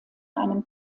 einem